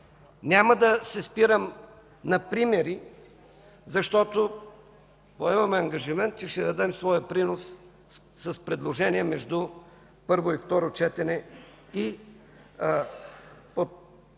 Няма да се спирам на примери, защото поемаме ангажимент, че ще дадем своя принос с предложения между първо и второ четене и по този